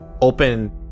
open